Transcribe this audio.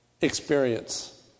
experience